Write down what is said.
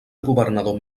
governador